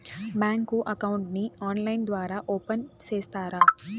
Bank account ని online ద్వారా open సేస్తారా?